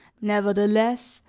nevertheless,